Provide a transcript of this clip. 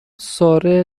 ساره